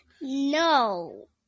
No